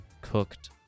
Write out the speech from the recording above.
cooked